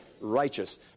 Righteous